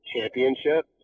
championship